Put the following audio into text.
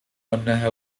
أنها